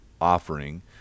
offering